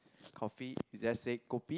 coffee you just say kopi